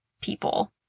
people